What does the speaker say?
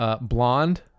Blonde